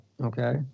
Okay